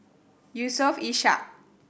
Yusof Ishak